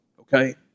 okay